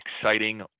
exciting